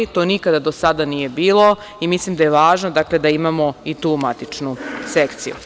To nikada do sada nije bilo i mislim da je važno da imamo i tu matičnu sekciju.